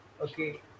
okay